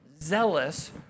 zealous